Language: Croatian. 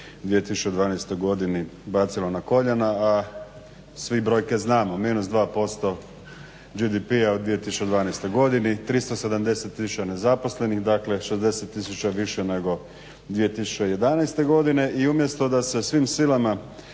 2012. godini bacilo na koljena, a svi brojke znamo, -2% GDP-a u 2012. godini, 370 tisuća nezaposlenih, dakle 60 tisuća više nego 2011. godine i umjesto da se svim silama